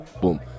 boom